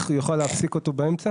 מול המרב"ד הוא יוכל להפסיק אותו באמצע?